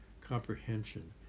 comprehension